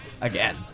again